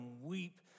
weep